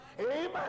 Amen